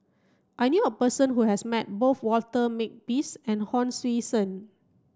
I knew a person who has met both Walter Makepeace and Hon Sui Sen